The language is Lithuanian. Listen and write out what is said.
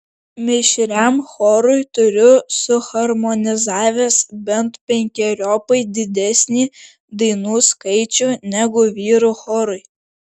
mišriam chorui turiu suharmonizavęs bent penkeriopai didesnį dainų skaičių negu vyrų chorui